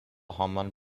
homon